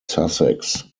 sussex